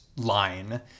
line